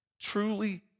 truly